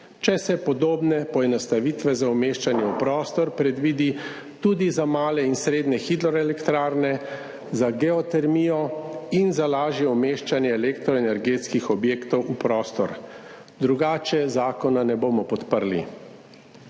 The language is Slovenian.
če se podobne poenostavitve za umeščanje v prostor predvidi tudi za male in srednje hidroelektrarne, za geotermijo in za lažje umeščanje elektroenergetskih objektov v prostor, drugače zakona ne bomo podprli.